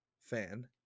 fan